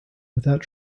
without